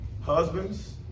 husbands